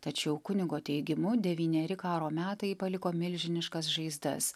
tačiau kunigo teigimu devyneri karo metai paliko milžiniškas žaizdas